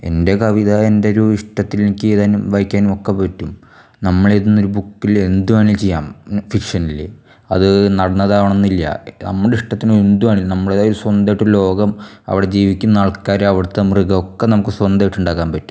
എൻ്റെ കവിത എൻ്റെ ഒരു ഇഷ്ടത്തിന് എനിക്ക് എഴുതാനും വായിക്കാനും ഒക്കെ പറ്റും നമ്മളെഴുതുന്ന ഒരു ബുക്കിൽ എന്ത് വേണേലും ചെയ്യാം ഫിക്ഷനിൽ അത് നടന്നതാവണംന്നില്ലാ നമ്മുടെ ഇഷ്ടത്തിന് എന്ത് വേണേലും നമ്മളുടേതായിട്ട് സ്വന്തമായിട്ട് ഒരു ലോകം അവിടെ ജീവിക്കുന്ന ആൾക്കാർ അവിടുത്തെ മൃഗം ഒക്കെ നമുക്ക് സ്വന്തമായിട്ട് ഉണ്ടാക്കാൻ പറ്റും